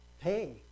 pay